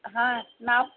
हं नाव